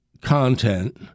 content